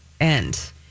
end